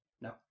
No